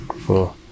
Four